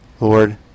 Lord